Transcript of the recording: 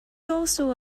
also